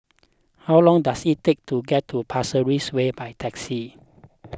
how long does it take to get to Pasir Ris Way by taxi